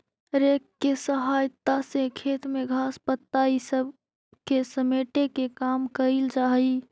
rake के सहायता से खेत में घास, पत्ता इ सब के समेटे के काम कईल जा हई